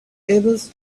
emails